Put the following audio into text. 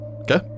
Okay